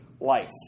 life